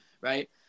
right